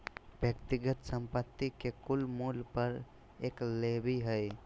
व्यक्तिगत संपत्ति के कुल मूल्य पर एक लेवी हइ